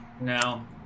No